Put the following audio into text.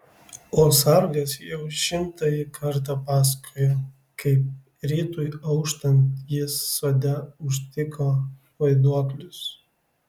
o sargas jau šimtąjį kartą pasakojo kaip rytui auštant jis sode užtiko vaiduoklius